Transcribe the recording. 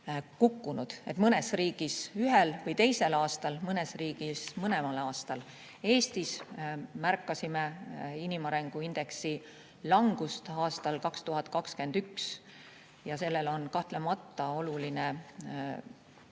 – mõnes riigis ühel või teisel aastal, mõnes riigis mõlemal aastal. Eestis märkasime inimarengu indeksi langust aastal 2021 ja sellel on kahtlemata oluline pandeemia